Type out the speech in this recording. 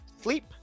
sleep